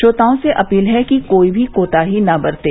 श्रोताओं से अपील है कि कोई भी कोताही न बरतें